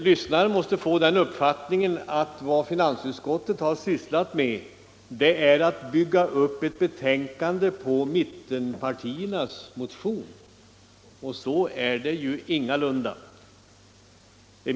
Lyssnarna måste få den uppfattningen att finansutskottet har sysslat med att bygga upp ett betänkande på enbart mittenpartiernas motion, och så är ju ingalunda fallet.